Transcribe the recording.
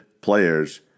players